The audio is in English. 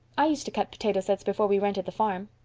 i used to cut potato sets before we rented the farm,